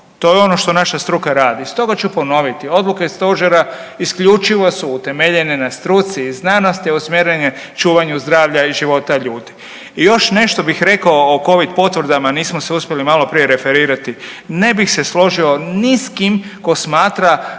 To je ono to naša struka radi. Stoga ću ponoviti, odluke stožera isključivo su utemeljene na struci i znanosti usmjerene čuvanju zdravlja i života ljudi. I još nešto bih rekao o covid potvrdama nismo se uspjeli maloprije referirati. Ne bih se složio ni s kim ko smatra